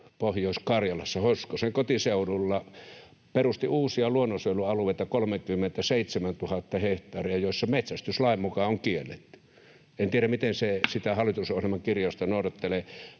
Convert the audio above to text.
Pohjois-Karjalassa — Hoskosen kotiseudulla — perusti uusia luonnonsuojelualueita 37 000 hehtaaria, joissa metsästys lain mukaan on kielletty. En tiedä, miten se sitä hallitusohjelman kirjausta noudattelee,